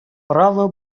право